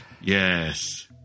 Yes